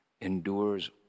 endures